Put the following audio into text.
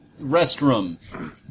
restroom